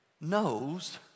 knows